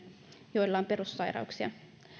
joilla on perussairauksia